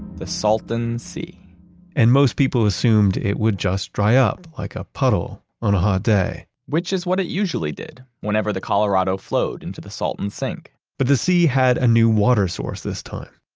the salton sea and most people assumed it would just dry up like a puddle on a hot day which is what it usually did, whenever the colorado flowed into the salton sink but the sea had a new water source this time,